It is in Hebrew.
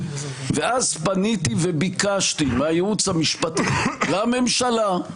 ואז פניתי וביקשתי מהייעוץ המשפטי לממשלה,